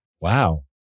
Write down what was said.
Wow